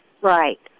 right